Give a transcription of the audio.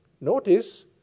notice